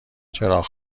چراغ